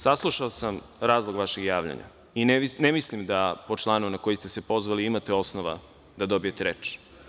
Saslušao sam razlog vašeg javljanja i ne mislim da po članu na koji ste se pozvali imate osnova da dobijete reč.